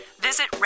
visit